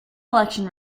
election